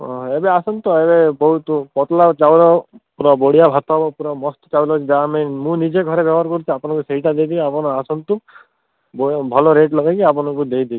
ହଁ ଏବେ ଆସନ୍ତୁ ବହୁତ ପତଳା ଅଛି ଚାଉଳ ପୁରା ବଢ଼ିଆ ଭାତ ହେବ ପୁରା ମସ୍ତ ଚାଉଳ ଯାହା ଆମେ ମୁଁ ନିଜେ ଘରେ ବ୍ୟବହାର କରୁଛି ଆପଣଙ୍କୁ ସେଇଟା ଦେବି ଆପଣ ଆସନ୍ତୁ ଭଲ ରେଟ୍ ଲଗେଇବି ଆପଣ ଆପଣଙ୍କୁ ଦେଇଦେବି